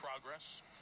progress